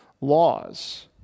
laws